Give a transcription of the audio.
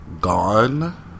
gone